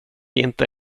inte